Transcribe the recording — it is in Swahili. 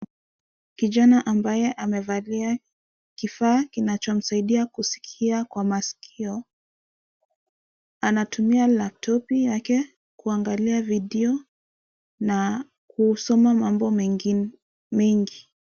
Kijana mabaye amevalia kifaa kinacho kumsaidia kusikia kwa masikio anatumia laptop yake kuangalia video na kusoma mambo mengine mengi.